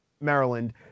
Maryland